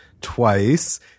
twice